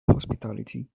hospitality